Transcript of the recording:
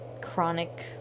chronic